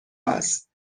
است